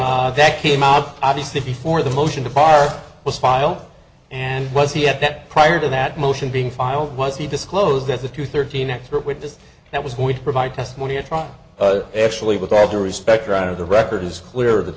with that came out obviously before the motion to fire was file and was he at that prior to that motion being filed was he disclosed that the two thirteen expert witness that was going to provide testimony at trial actually with all due respect right of the record is clear that